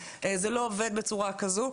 זה לא עובד בצורה כזו.